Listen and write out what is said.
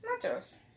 Nachos